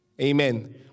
Amen